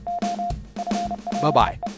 bye-bye